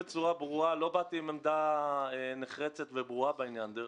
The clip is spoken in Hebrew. אני אומר בצורה ברורה: לא באתי עם עמדה נחרצת וברורה בעניין.